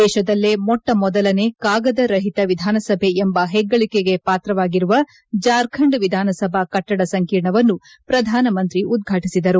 ದೇಶದಲ್ಲೇ ಮೊಟ್ಟಮೊದಲನೆ ಕಾಗದರಹಿತ ವಿಧಾನಸಭೆ ಎಂಬ ಹೆಗ್ಗಳಿಕೆಗೆ ಪಾತ್ರವಾಗಿರುವ ಜಾರ್ಖಂಡ್ ವಿಧಾನಸಭಾ ಕಟ್ಟಡ ಸಂಕೀರ್ಣವನ್ನು ಪ್ರಧಾನ ಮಂತ್ರಿ ಉದ್ಘಾಟಿಸಿದರು